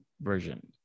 version